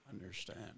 Understand